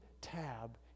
tab